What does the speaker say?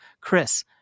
Chris